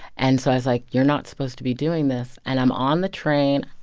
and so i was like, you're not supposed to be doing this. and i'm on the train.